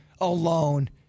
alone